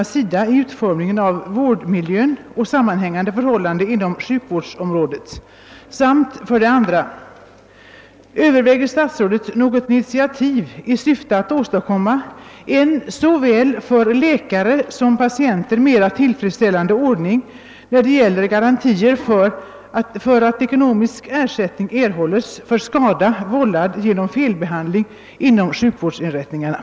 De handikappades riksförbund angav i sitt yttrande avseende Parkeringskommitténs betänkande SOU 1968:18 de problem den handikappade bilägaren dagligen konfronteras med, samtidigt som man lämnade förslag till åtgärder i mening att eliminera de hinder som de facto föreligger. Bland handikappade bilister anses snara åtgärder vara påkallade. Med hänvisning till det anförda hemställer jag om kammarens tillstånd att till statsrådet och chefen för civildepartementet få ställa följande fråga: Har statsrådet för avsikt att för riksdagen framlägga förslag till lösning av handikappade bilisters parkeringsfrågor?